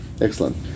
excellent